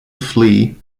flee